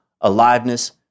aliveness